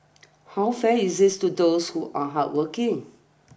how fair is this to those who are hardworking